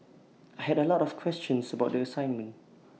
I had A lot of questions about the assignment